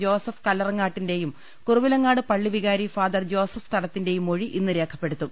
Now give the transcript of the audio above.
Joseph കല്ലറങ്ങാട്ടിന്റെയും കുറുവിലങ്ങാട് പള്ളിവികാരി father Joseph തടത്തിന്റെയും മൊഴി ഇന്ന് രേഖപ്പെടുത്തും